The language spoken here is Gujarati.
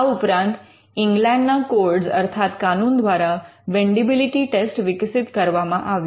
આ ઉપરાંત ઇંગ્લેન્ડ ના કોડ્ઝ્ અર્થાત કાનૂન દ્વારા વેંડિબિલિટી ટેસ્ટ વિકસિત કરવામાં આવ્યો